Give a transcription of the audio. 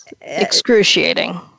excruciating